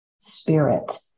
spirit